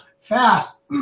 fast